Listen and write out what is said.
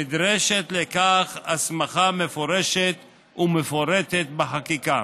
נדרשת לכך הסמכה מפורשת ומפורטת בחקיקה.